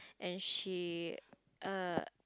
and she uh